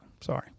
Sorry